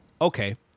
Okay